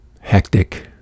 hectic